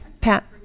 Pat